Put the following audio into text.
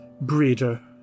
breeder